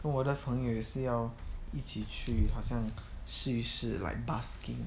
跟我的朋友也是要一起去好像试一试 like basking